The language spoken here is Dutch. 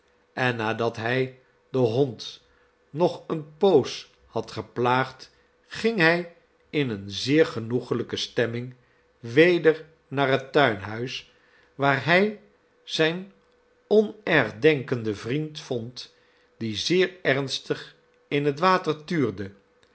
en nadat hij den hond nog eene poos had geplaagd ging hij in eene zeer genoeglijke stemming weder naar het tuinhuis waar hij zijn onergdenkenden vriend vond die zeer ernstig in het water tuurde